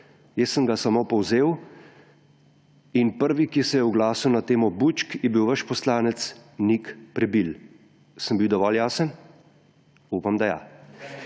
Jaz sem ga samo povzel. Prvi, ki se je oglasil na temo bučk, je bil vaš poslanec Nik Prebil. Sem bil dovolj jasen? Upam, da ja.